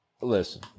Listen